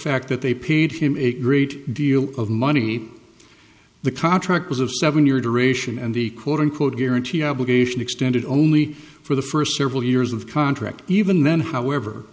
fact that they paid him a great deal of money the contract was of seven year duration and the quote unquote guarantee obligation extended only for the first several years of contract even then however